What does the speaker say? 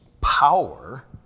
power